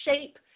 shape